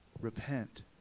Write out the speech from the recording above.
repent